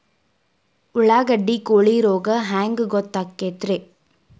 ಉಳ್ಳಾಗಡ್ಡಿ ಕೋಳಿ ರೋಗ ಹ್ಯಾಂಗ್ ಗೊತ್ತಕ್ಕೆತ್ರೇ?